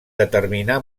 determinà